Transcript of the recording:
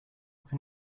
can